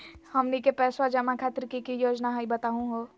हमनी के पैसवा जमा खातीर की की योजना हई बतहु हो?